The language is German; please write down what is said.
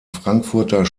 frankfurter